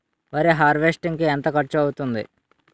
వరి హార్వెస్టింగ్ కి ఎంత ఖర్చు అవుతుంది?